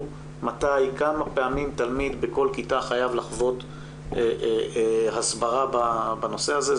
מתי וכמה פעמים תלמיד בכל כיתה חייב לחוות הסברה בנושא הזה.